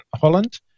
Holland